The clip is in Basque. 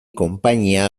konpainia